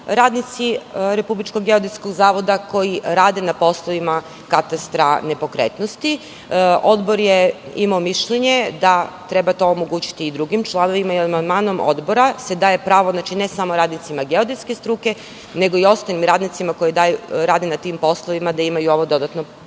radnici Republičkog geodetskog zavoda koji rade na poslovima katastra nepokretnosti. Odbor je imao mišljenje da treba to omogućiti i drugim članovima i amandmanom Odbora se daje pravo, ne samo radnicima geodetske struke, nego i ostalim radnicima koji rade na tim poslovima, gde ima i ovo dodatno